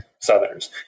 Southerners